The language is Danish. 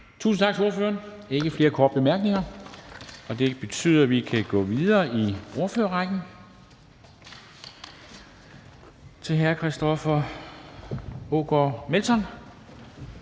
Tusind tak til ordføreren. Der er ikke flere korte bemærkninger. Det betyder, at vi kan gå videre i ordførerrækken til hr. Christoffer Aagaard Melson,